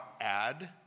add